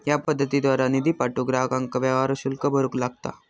या पद्धतीद्वारा निधी पाठवूक ग्राहकांका व्यवहार शुल्क भरूक लागता